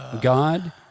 God